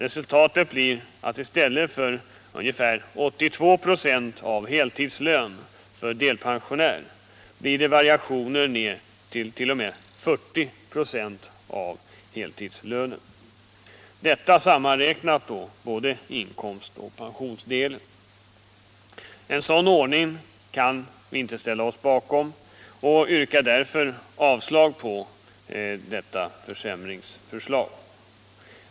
Resultatet blir att inkomsten för delpensionären i stället för att ligga på ungefär 82 96 av heltidslönen kan variera ända ner till 40 96 av denna, sedan både inkomstoch pensionsdelen samräknats. En sådan ordning kan vi inte ställa oss bakom och yrkar därför avslag på detta försämringsförslag.